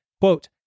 quote